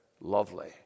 lovely